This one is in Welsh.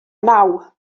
naw